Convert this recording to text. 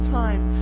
time